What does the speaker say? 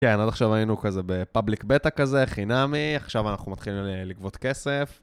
כן עד עכשיו היינו כזה בפאבליק בטא כזה חינמי עכשיו אנחנו מתחילים לגבות כסף